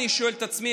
אני שואל את עצמי,